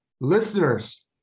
Listeners